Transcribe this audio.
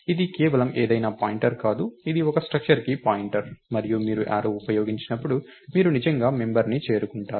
ఇది కేవలం ఏదైనా పాయింటర్ కాదు ఇది ఒక స్ట్రక్చర్కి పాయింటర్ మరియు మీరు యారో ఉపయోగించినప్పుడు మీరు నిజంగా మెంబర్ ని చేరుకుంటారు